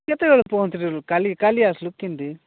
କେତେବେଳେ ପହଞ୍ଚିଲୁ କାଲି କାଲି ଆସିଲୁ କେମିତି